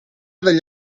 degli